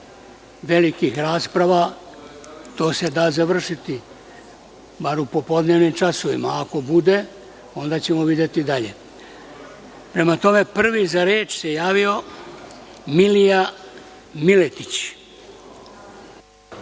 velikih rasprava, to se da završiti, bar u popodnevnim časovima, a ako bude, onda ćemo videti dalje. Prvi za reč se javio Milija Miletić.